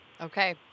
Okay